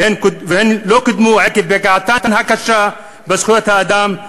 והן לא קודמו עקב פגיעתן הקשה בזכויות האדם,